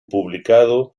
publicado